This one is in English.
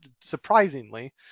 surprisingly